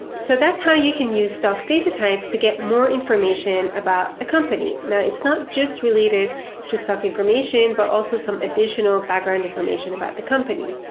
so that's how you can use stock data types to get more information about a company. now it's not just related to stock information but also some additional background information about the company.